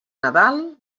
nadal